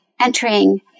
entering